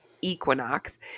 Equinox